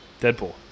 Deadpool